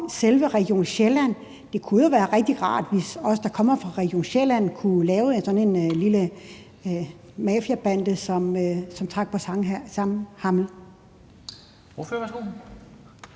selve Region Sjælland. Det kunne jo være rigtig rart, hvis vi, der kommer fra Region Sjælland, kunne lave sådan en lille mafiabande, som trak på samme hammel.